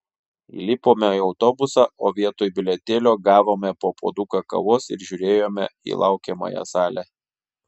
įlipome į autobusą o vietoj bilietėlio gavome po puoduką kavos ir žiūrėjome į laukiamąją salę